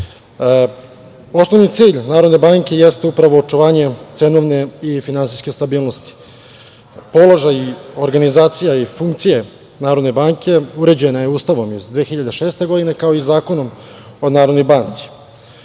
cilj Narodne banke jeste upravo očuvanje cenovne i finansijske stabilnosti. Položaj, organizacija i funkcije Narodne banke uređeni su Ustavom iz 2006. godine, kao i Zakonom o Narodnoj banci.